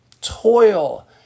toil